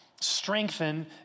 Strengthen